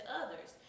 others